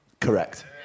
Correct